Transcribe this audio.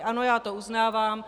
Ano, já to uznávám.